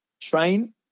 Train